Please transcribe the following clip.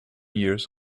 years